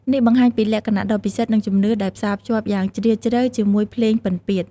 នេះបង្ហាញពីលក្ខណៈដ៏ពិសិដ្ឋ និងជំនឿដែលផ្សារភ្ជាប់យ៉ាងជ្រាលជ្រៅជាមួយភ្លេងពិណពាទ្យ។